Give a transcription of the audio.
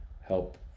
help